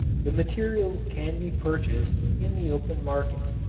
the materials can be purchased in the open market.